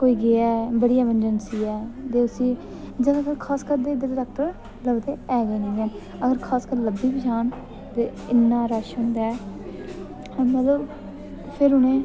कोई गेआ ऐ बड़ी गै अमरजैंसी ऐ ते उसी जां ते लग्ग डाक्टर ऐ गै निं हैन खासकरी लब्भी बी जाह्न ते इन्ना रश होंदा ऐ